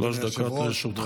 בבקשה, שלוש דקות לרשותך.